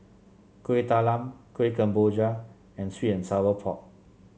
Kuih Talam Kuih Kemboja and sweet and Sour Pork